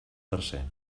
tercer